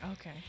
Okay